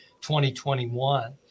2021